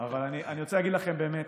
אבל אני רוצה להגיד לכם, באמת,